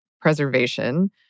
preservation